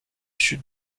sud